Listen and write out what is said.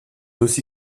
aussi